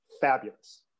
Fabulous